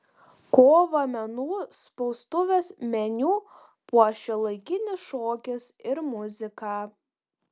kovą menų spaustuvės meniu puoš šiuolaikinis šokis ir muzika